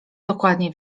dokładnie